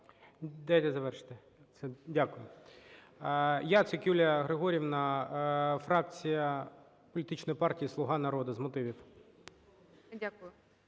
Дякую.